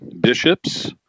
bishops